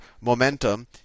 momentum